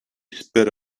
spit